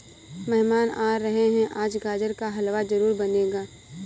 मेहमान आ रहे है, आज गाजर का हलवा जरूर बनेगा